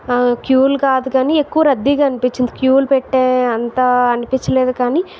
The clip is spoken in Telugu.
క్యూలు కాదు కాని ఎక్కువ రద్దీగా అనిపించింది క్యూలు పెట్టే అంత అనిపించలేదు కాని